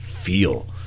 feel